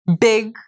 big